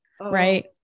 right